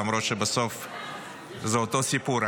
למרות שבסוף זה אותו סיפור.